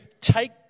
take